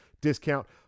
discount